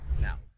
Now